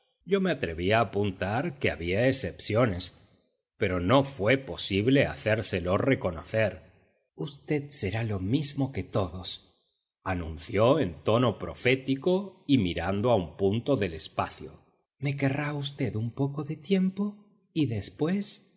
yo me atreví a apuntar que había excepciones pero no fue posible hacérselo reconocer usted será lo mismo que todos anunció en tono profético y mirando a un punto del espacio me querrá v un poco de tiempo y después